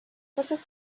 fuerzas